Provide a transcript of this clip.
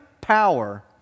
power